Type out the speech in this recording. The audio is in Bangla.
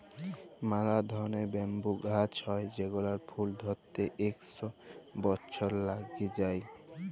ম্যালা ধরলের ব্যাম্বু গাহাচ হ্যয় যেগলার ফুল ধ্যইরতে ইক শ বসর ল্যাইগে যায়